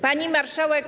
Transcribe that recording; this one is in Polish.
Pani Marszałek!